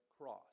cross